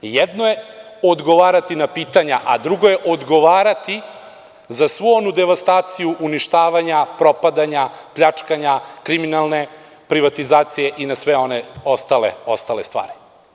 Jedno je odgovarati na pitanja, a drugo je odgovarati za svu onu devastaciju, uništavanja, propadanja, pljačkanja, kriminalne privatizacije i na sve one ostale stvari.